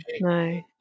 no